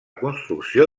construcció